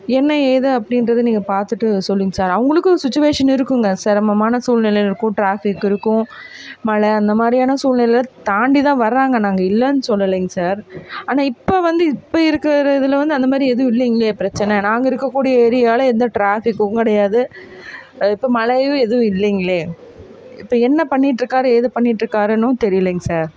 என்ன ஏது அப்படின்றத நீங்கள் பார்த்துட்டு சொல்லுங்க சார் அவங்களுக்கும் சுச்சிவேஷன் இருக்குங்க சிரமமான சூழ்நில இருக்கும் டிராஃபிக் இருக்கும் மழை அந்த மாதிரியான சூழ்நிலையில் தாண்டி தான் வராங்க நாங்கள் இல்லைனு சொல்லலைங்க சார் ஆனால் இப்போ வந்து இப்போ இருக்கிற இதில் வந்து அந்த மாதிரி எதுவும் இல்லைங்களே பிரச்சனை நாங்கள் இருக்கக்கூடிய ஏரியாவில் எந்த டிராஃபிக்கும் கிடையாது இப்போ மழையும் எதுவும் இல்லைங்களே இப்போ என்ன பண்ணிட்டு இருக்கார் ஏது பண்ணிட்டு இருக்காருனும் தெரியலைங்க சார்